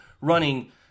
running